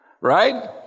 right